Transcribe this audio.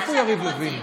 איפה יריב לוין?